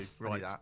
Right